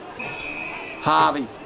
Harvey